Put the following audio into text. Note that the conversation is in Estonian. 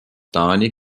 taani